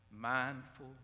mindful